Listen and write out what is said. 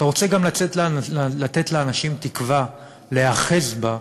ואתה רוצה גם לתת לאנשים תקווה להיאחז בה,